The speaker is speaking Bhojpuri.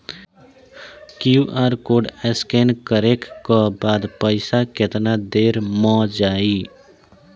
क्यू.आर कोड स्कैं न करे क बाद पइसा केतना देर म जाई?